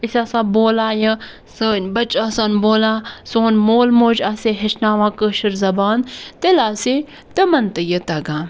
أسۍ آسہو بولان یہِ سٲنۍ بَچہٕ آسہَن بولان سون مول موج آسے ہیٚچھناوان کٲشٕر زبان تیٚلہِ آسے تِمَن تہٕ یہِ تَگان